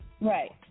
Right